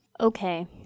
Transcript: Okay